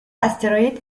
asteroid